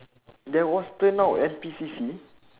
there was turnout N_P_C_C